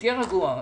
תהיה רגוע.